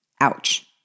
Ouch